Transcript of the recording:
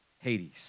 Hades